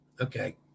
Okay